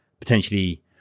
potentially